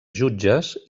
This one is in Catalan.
jutges